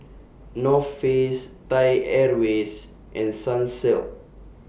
North Face Thai Airways and Sunsilk